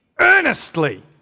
earnestly